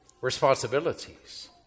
responsibilities